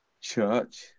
Church